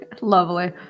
Lovely